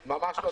ממש לא נכון.